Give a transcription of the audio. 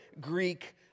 Greek